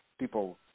people